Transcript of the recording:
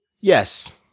Yes